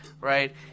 right